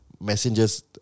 messengers